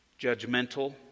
judgmental